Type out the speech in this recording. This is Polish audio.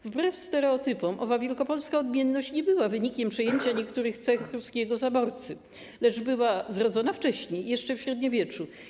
Wbrew stereotypom owa wielkopolska odmienność nie była wynikiem przejęcia niektórych cech pruskiego zaborcy, lecz była zrodzona wcześniej, jeszcze w średniowieczu.